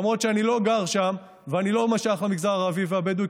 למרות שאני לא גר שם ואני לא שייך למגזר הערבי והבדואי,